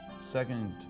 Second